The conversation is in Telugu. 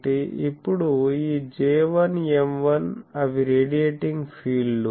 ఇప్పుడు ఈ J1 M1 అవి రేడియేటింగ్ ఫీల్డ్లు